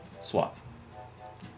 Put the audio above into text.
Swap